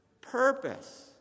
Purpose